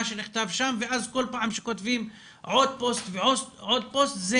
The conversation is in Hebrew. שנכתב שם ואז כל פעם שכותבים עוד פוסט ועוד פוסט יש